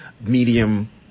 medium